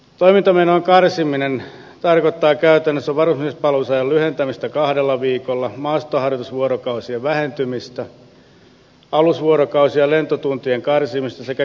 toimintamenojen karsiminen tarkoittaa käytännössä varusmiespalvelusajan lyhentämistä kahdella viikolla maastoharjoitusvuorokausien vähentymistä alusvuorokausien ja lentotuntien karsimista sekä kertausharjoitusten vähentämistä